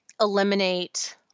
eliminate